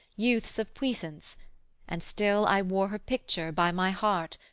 youths of puissance and still i wore her picture by my heart,